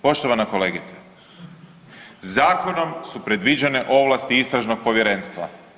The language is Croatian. Poštovana kolegice, zakonom su predviđene ovlasti istražnog povjerenstva.